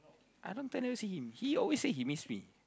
I long time never see him he always say he miss me